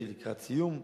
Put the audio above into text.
שהיא לקראת סיום,